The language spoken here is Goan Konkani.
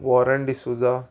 वॉरन डिसुजा